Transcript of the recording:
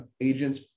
agents